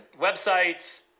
websites